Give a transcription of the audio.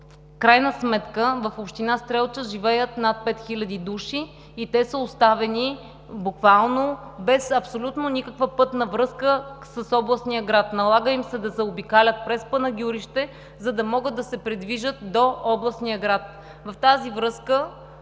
крайна сметка в община Стрелча живеят над пет хиляди души и те са оставени буквално без абсолютно никаква пътна връзка с областния град. Налага им се да заобикалят през Панагюрище, за да могат да се придвижат до областния град.